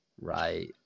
right